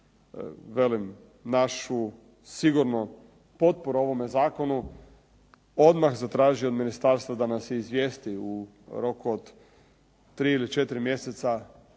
velim našu sigurno potporu ovome zakonu odmah zatražio od ministarstva da nas izvijesti u roku od 3 ili 4 mjeseca